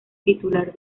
titular